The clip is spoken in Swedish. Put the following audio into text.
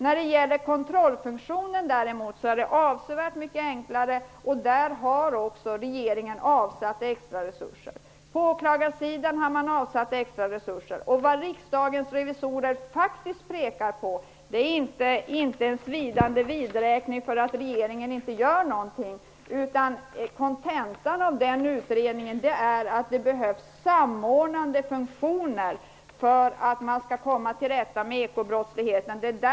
I fråga om kontrollfunktionen är det avsevärt enklare, och där har regeringen också avsatt extra resurser liksom på åklagarsidan. Riksdagens revisorer kommer inte med någon svidande vidräkning för att regeringen inte gör någonting, utan kontentan av rapporten är att det behövs samordnande funktioner för att man skall kunna komma till rätta med ekobrottsligheten.